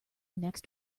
next